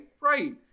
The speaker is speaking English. right